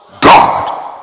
God